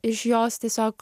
iš jos tiesiog